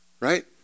right